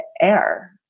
air